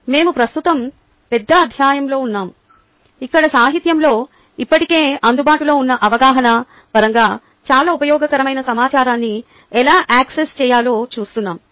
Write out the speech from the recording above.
మేము ప్రస్తుతం పెద్ద అధ్యాయంలో ఉన్నాము ఇక్కడ సాహిత్యంలో ఇప్పటికే అందుబాటులో ఉన్న అవగాహన పరంగా చాలా ఉపయోగకరమైన సమాచారాన్ని ఎలా యాక్సెస్ చేయాలో చూస్తున్నాము